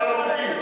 אתה לא מגיב.